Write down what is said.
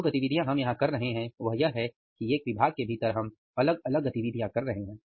जो गतिविधियां हम यहां कर रहे हैं वह यह है कि एक विभाग के भीतर हम अलग अलग गतिविधियां कर रहे हैं